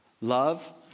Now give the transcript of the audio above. Love